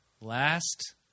Last